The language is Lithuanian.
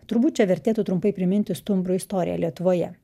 turbūt čia vertėtų trumpai priminti stumbro istoriją lietuvoje